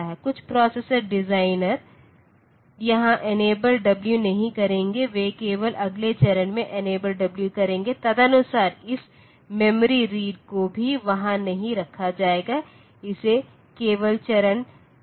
कुछ processor designer यहाँ enable w नहीं करेंगे वे केवल अगले चरण में इनेबल w करेंगे और तदनुसार इस मेमोरी रीड को भी वहाँ नहीं रखा जाएगा इसे केवल समय चरण t5 पर रखा जाएगा